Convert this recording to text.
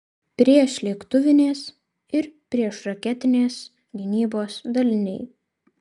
priešlėktuvinės ir priešraketinės gynybos daliniai